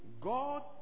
God